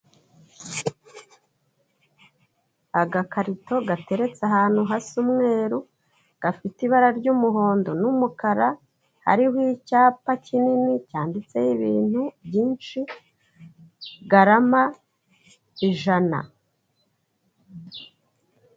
Agakarito gateretse ahantu hasa umweru, gafite ibara ry'umuhondo n'umukara, hariho icyapa kinini cyanditseho ibintu byinshi, garama ijana.